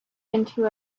into